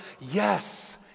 Yes